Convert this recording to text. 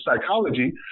psychology